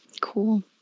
cool